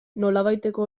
nolabaiteko